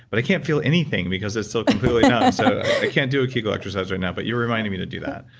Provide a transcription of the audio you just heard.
but i can't feel anything because it's so completely numb, yeah so i can't do a kegel exercise right now, but you're reminding me to do that.